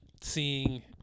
Seeing